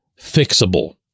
fixable